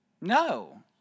No